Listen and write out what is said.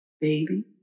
baby